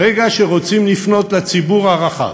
ברגע שרוצים לפנות לציבור הרחב,